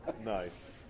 Nice